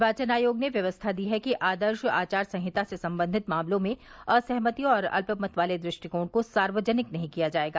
निर्वाचन आयोग ने व्यवस्था दी है कि आदर्श आचार संहिता से संबंधित मामलों में असहमति और अल्पमत वाले दृष्टिकोण को सार्वजनिक नहीं किया जाएगा